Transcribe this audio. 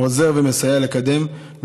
הוא עוזר ומסייע לקדם.